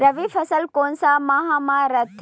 रबी फसल कोन सा माह म रथे?